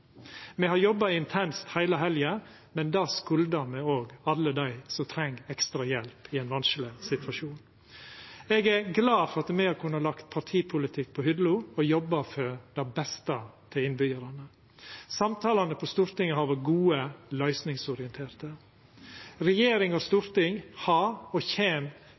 Me har jobba intenst heile helga, men det skuldar me òg alle dei som treng ekstra hjelp i ein vanskeleg situasjon. Eg er glad for at me har kunna leggja partipolitikk på hylla og jobba til det beste for innbyggjarane. Samtalane på Stortinget har vore gode og løysingsorienterte. Regjering og storting har jobba og kjem